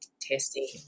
testing